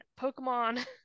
Pokemon